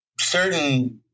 certain